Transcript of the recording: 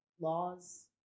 laws